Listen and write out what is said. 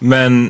Men